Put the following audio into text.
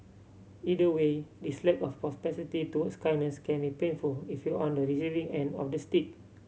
either way this lack of propensity towards kindness can be painful if you're on the receiving end of the stick